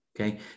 Okay